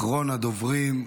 אחרון הדוברים,